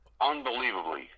unbelievably